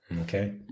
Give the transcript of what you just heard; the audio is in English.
Okay